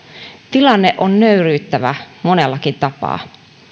tilanne on nöyryyttävä monellakin tapaa